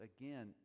Again